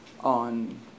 on